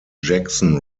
jackson